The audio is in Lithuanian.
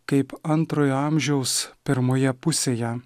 kaip antrojo amžiaus pirmoje pusėje